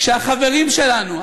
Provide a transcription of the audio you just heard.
כשהחברים שלנו,